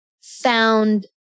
found